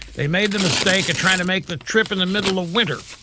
they made the mistake of tryin' to make the trip in the middle of winter.